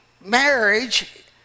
marriage